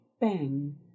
bang